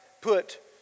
put